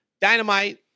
Dynamite